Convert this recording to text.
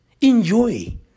Enjoy